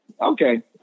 Okay